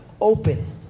open